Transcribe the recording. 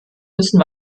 müssen